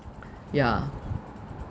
yeah